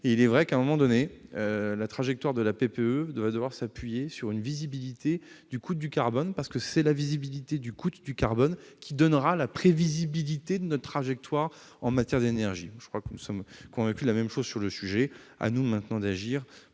c'est vrai, à un moment donné, la PPE va devoir s'appuyer sur une visibilité du coût du carbone, parce que c'est celle-ci qui donnera la prévisibilité de notre trajectoire en matière d'énergie. Je crois que nous sommes convaincus de la même chose sur le sujet. À nous maintenant d'agir